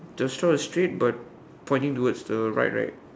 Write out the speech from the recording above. the straw is straight but pointing towards the right right